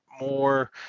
more